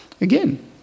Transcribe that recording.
Again